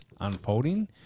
unfolding